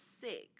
six